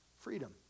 freedom